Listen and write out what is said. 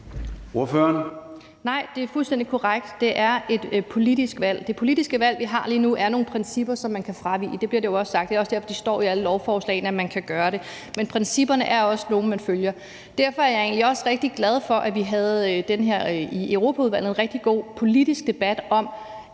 Nej, det er fuldstændig korrekt, det er et politisk valg. Det politiske valg, vi har lige nu, er nogle principper, som man kan fravige. Det bliver der jo også sagt. Det er også derfor, det står i alle lovforslagene, at man kan gøre det. Men principperne er også nogle, man følger. Derfor er jeg egentlig også rigtig glad for, at vi i Europaudvalget havde en rigtig god politisk debat om